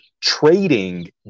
trading